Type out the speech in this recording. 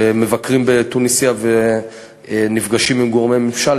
שמבקרים בתוניסיה ונפגשים עם גורמי ממשל.